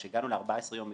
כשהגענו ל-14 יום,